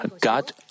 God